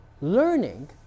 learning